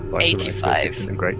eighty-five